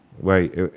Wait